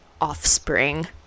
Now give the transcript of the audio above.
offspring